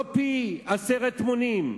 לא עשרת מונים,